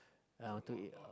I want to eat uh